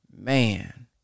Man